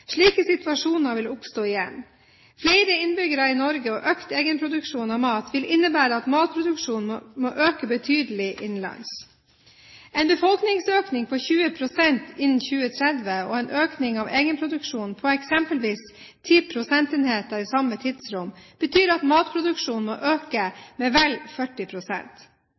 Slike situasjoner vil oppstå igjen. Flere innbyggere i Norge og økt egenproduksjon av mat vil innebære at matproduksjonen må øke betydelig innenlands. En befolkningsøkning på 20 pst. innen 2030 og en økning av egenproduksjonen på eksempelvis 10 prosentenheter i samme tidsrom betyr at matproduksjonen må øke med vel